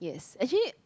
yes actually